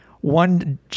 one